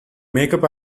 makeup